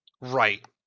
Right